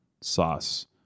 sauce